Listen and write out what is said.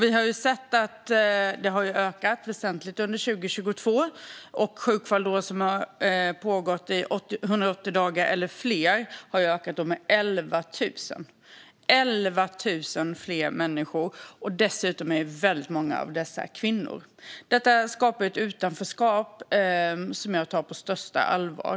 Vi har sett att det har ökat väsentligt under 2022. Sjukfall som har pågått i 180 dagar eller fler har ökat med 11 000 - 11 000 fler människor! Dessutom är väldigt många av dessa kvinnor. Detta skapar ett utanförskap som jag tar på största allvar.